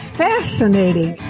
fascinating